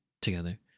together